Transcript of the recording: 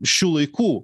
šių laikų